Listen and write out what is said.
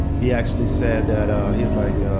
he actually said that he was like,